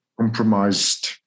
compromised